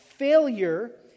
failure